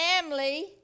family